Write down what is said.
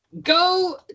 Go